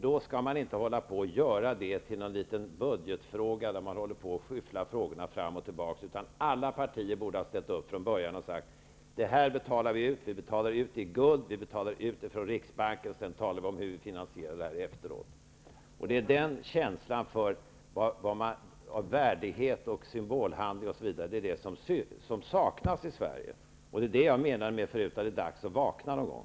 Då skall man inte göra det till någon liten budgetfråga där man skyfflar frågorna fram och tillbaka. Alla partier borde från början ha ställt upp och sagt: Detta betalar vi ut, och vi betalar ut det i guld från riksbanken. Sedan får vi efteråt tala om hur vi skall finansiera det hela. Det är den känslan av värdighet och symbolhandling osv, som saknas i Sverige. Det är det jag menar med att det är dags att vakna någon gång.